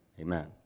Amen